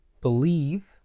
believe